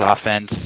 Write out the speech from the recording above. offense